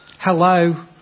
Hello